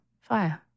Fire